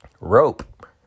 Rope